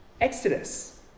Exodus